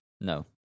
No